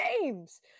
games